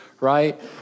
right